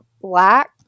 Black